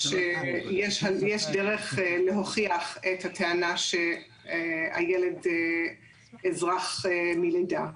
יש דרך להוכיח את הטענה שהילד אזרח מלידה.